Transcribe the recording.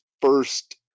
first